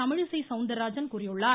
தமிழிசை சௌந்தரராஜன் கூறியுள்ளார்